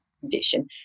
condition